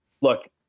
look